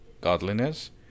godliness